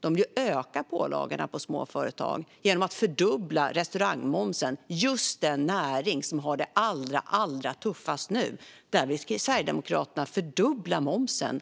De vill ju öka pålagorna på småföretag genom att fördubbla restaurangmomsen. För just den näring som har det allra tuffast nu vill Sverigedemokraterna fördubbla momsen.